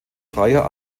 freier